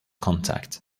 contact